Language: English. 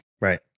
Right